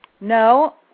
No